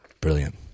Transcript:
Brilliant